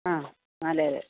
ആ